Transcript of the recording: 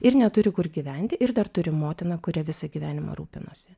ir neturi kur gyventi ir dar turi motiną kurią visą gyvenimą rūpinosi